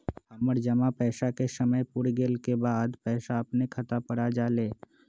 हमर जमा पैसा के समय पुर गेल के बाद पैसा अपने खाता पर आ जाले?